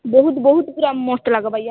ବହୁତ୍ ବହୁତ୍ ପୁରା ମସ୍ତ୍ ଲାଗ୍ବା ୟାର୍